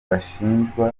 bashinjwa